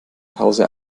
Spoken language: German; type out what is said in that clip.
pause